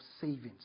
savings